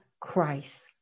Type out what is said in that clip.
Christ